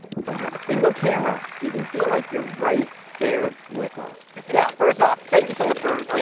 from a single camera, so you can feel like you're right there with us. yeah, first off, thank-you so much for, you